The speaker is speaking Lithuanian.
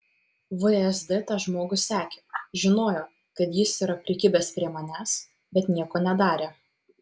vsd tą žmogų sekė žinojo kad jis yra prikibęs prie manęs bet nieko nedarė